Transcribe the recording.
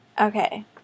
Okay